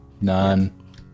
none